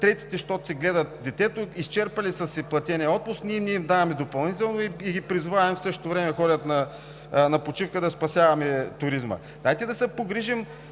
третите, защото си гледат детето, изчерпали са си платения отпуск, ние не им даваме допълнително и ги призоваваме в същото време да ходят на почивка, за да спасяваме туризма.